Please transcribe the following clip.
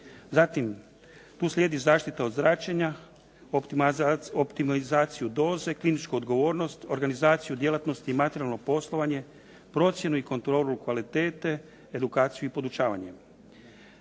Zatim tu slijedi zaštita od zračenja, optimalizaciju doze, kliničku odgovornosti, organizaciju djelatnosti, materijalno poslovanje, procjenu i kontrolu kvalitete, edukaciju i podučavanje.